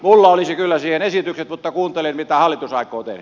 minulla olisi kyllä siihen esitykset mutta kuuntelen mitä hallitus aikoo tehdä